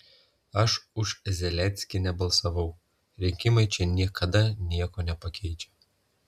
aš už zelenskį nebalsavau rinkimai čia niekada nieko nepakeičia